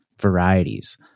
varieties